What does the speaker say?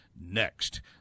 Next